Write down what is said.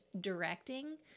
directing